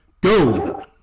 Go